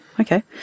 Okay